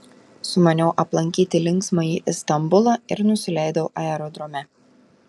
sumaniau aplankyti linksmąjį istambulą ir nusileidau aerodrome